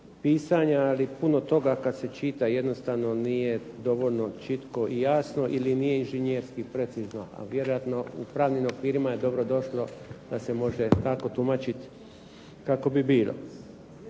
pisanja, ali puno toga kad se čita jednostavno nije dovoljno čitko i jasno ili nije inženjerski precizno, a vjerojatno u pravnim okvirima je dobrodošlo da se može tako tumačiti kako bi bilo.